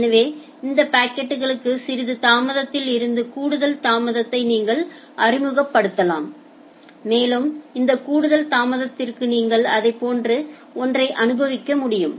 எனவே அந்த பாக்கெட்களுக்கு சிறிது தாமதத்தில் இருந்து கூடுதல் தாமதத்தை நீங்கள் அறிமுகப்படுத்தலாம் மேலும் இந்த கூடுதல் தாமதத்திற்கு நீங்கள் அதைப் போன்ற ஒன்றை அனுபவிக்க முடியும்